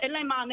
אין להם מענה.